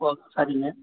ஓ சரிங்க